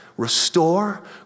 restore